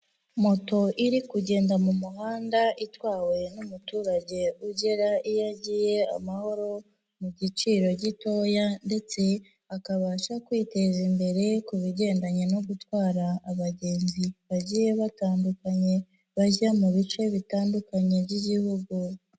Moto iri kugenda mu muhanda, itwawe n'umuturage ugera iyo agiye amahoro, mu giciro gitoya ndetse akabasha kwiteza imbere, ku bigendanye no gutwara abagenzi bagiye batandukanye, bajya mu bice bitandukanye by'igihugu.